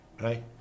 right